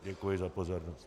Děkuji za pozornost.